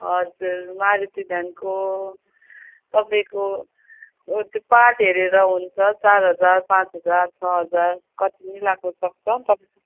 हजुर मारुती भ्यानको तपाईँको त्यो पार्ट हेरेर हुन्छ चार हजार पाँच हजार छ हजार कति पनि लाग्नुसक्छ